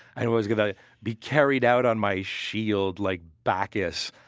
i was going to be carried out on my shield like bacchus.